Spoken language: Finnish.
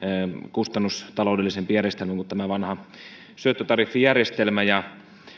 kustannustaloudellisempi järjestelmä kuin vanha syöttötariffijärjestelmä ja